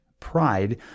Pride